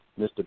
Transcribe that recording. Mr